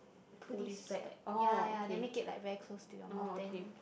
pull this back ya ya then make it like very close to your mouth then